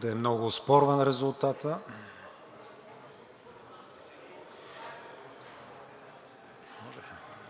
да е много оспорван резултатът. Гласували